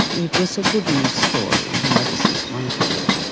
it was a good-news story, you know, this is wonderful,